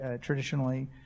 traditionally